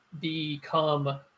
become